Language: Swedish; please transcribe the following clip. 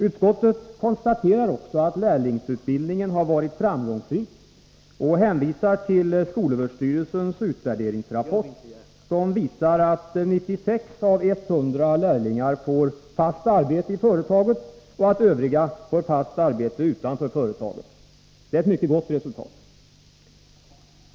Utskottet konstaterar också att lärlingsutbildningen varit framgångsrik och hänvisar till skolöverstyrelsens utvärderingsrapport, som visar att 96 av 100 lärlingar får ”fast arbete i företaget” och att övriga får ”fast arbete utanför företaget”. Det är ett mycket gott resultat.